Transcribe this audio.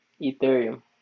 Ethereum